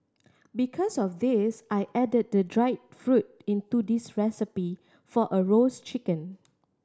because of this I added the dried fruit into this recipe for a roast chicken